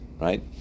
right